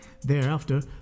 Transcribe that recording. Thereafter